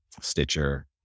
Stitcher